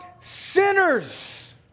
sinners